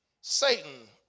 Satan